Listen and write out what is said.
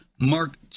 Mark